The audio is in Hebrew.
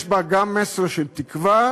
יש בה גם מסר של תקווה,